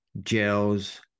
gels